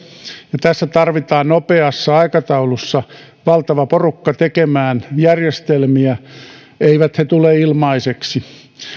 ja tässä tarvitaan nopeassa aikataulussa valtava porukka tekemään järjestelmiä eivät he tule ilmaiseksi